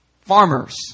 farmers